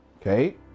Okay